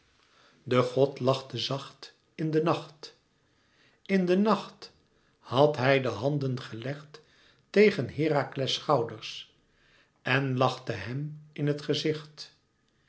de god lachte zacht in de nacht in de nacht had hij de handen gelegd tegen herakles schouders en lachte hem in het gezicht